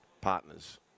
partners